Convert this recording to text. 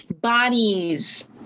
bodies